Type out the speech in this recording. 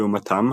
לעומתם,